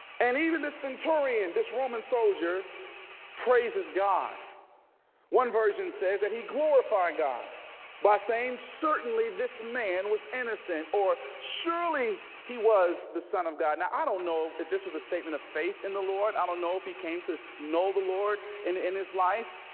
and even the centurion this roman soldier praises god one version says that he glorified god by saying certainly this man was innocent or surely he was the son of god and now. i don't know if this was a statement of faith in the lord i don't know if he came to know the lord and in his life,